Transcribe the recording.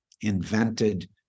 invented